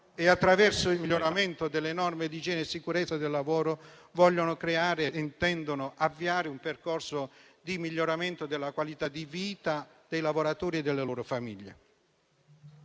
lavoratore e il miglioramento delle norme di igiene e sicurezza del lavoro, intendono creare e avviare un percorso di miglioramento della qualità di vita dei lavoratori e delle loro famiglie.